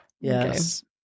Yes